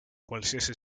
qualsiasi